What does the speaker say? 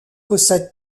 possède